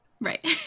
Right